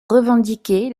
revendiqué